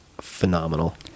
phenomenal